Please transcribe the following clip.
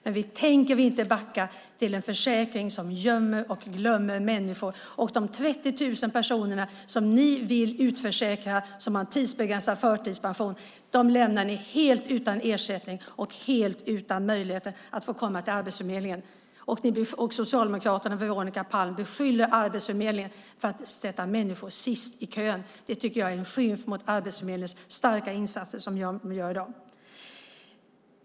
Men vi tänker inte backa till en försäkring som gömmer och glömmer människor. De 30 000 personer som ni vill utförsäkra och som har en tidsbegränsad förtidspension lämnar ni helt utan ersättning och helt utan möjligheter att få komma till Arbetsförmedlingen. Att Socialdemokraterna och Veronica Palm beskyller Arbetsförmedlingen för att ställa människor sist i kön tycker jag är en skymf mot Arbetsförmedlingens starka insatser i dag.